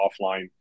offline